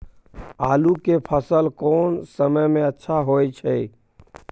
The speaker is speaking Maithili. आलू के फसल कोन समय में अच्छा होय छै?